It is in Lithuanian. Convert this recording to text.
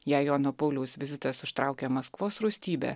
jei jono pauliaus vizitas užtraukė maskvos rūstybę